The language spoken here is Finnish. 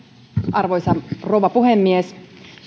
arvoisa rouva puhemies